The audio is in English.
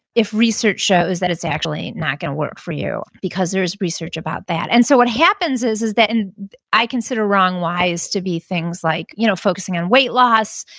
if research shows that it's actually not going to work for you, because there is research about that and so what happens is is that, and i consider wrong whys to be things like you know focusing on weight loss,